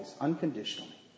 unconditionally